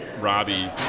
Robbie